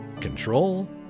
Control